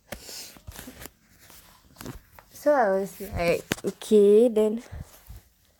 so I was like okay then